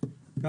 הפינטק.